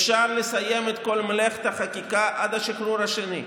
אפשר לסיים את כל מלאכת החקיקה עד השחרור השני,